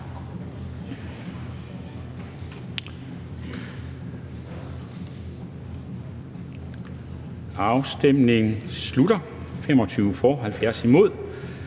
Afstemningen slutter. For stemte